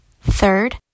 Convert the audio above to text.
Third